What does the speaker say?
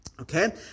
Okay